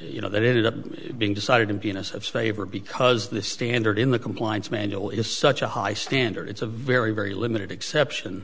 you know that ended up being decided to be honest if favor because the standard in the compliance manual is such a high standard it's a very very limited exception